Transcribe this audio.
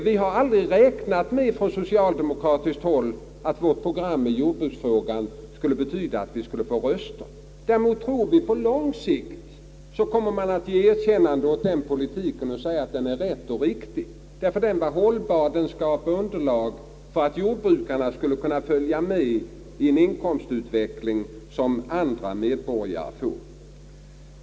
Vi har aldrig från socialdemokratiskt håll räknat med att vårt program i jordbruksfrågan skulle skaffa oss röster. Däremot tror vi att på lång sikt kommer man att ge erkännande åt den politiken och säga att den är riktig. Den är hållbar, den skapar underlag för jordbrukarna att följa med i en inkomstutveckling som andra medborgare får.